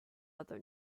other